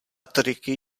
triky